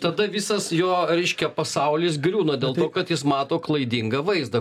tada visas jo reiškia pasaulis griūna dėl to kad jis mato klaidingą vaizdą